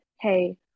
Hey